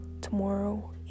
tomorrow